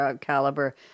caliber